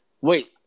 Wait